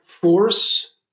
force